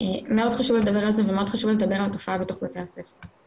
מאוד חשוב לדבר על זה ומאוד חשוב לדבר על התופעה בתוך בתי הספר.